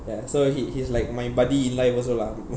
ya so he he's like my buddy in life also lah